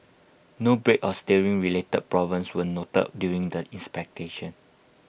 no brake or steering related problems were noted during the inspection